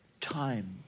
time